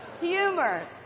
Humor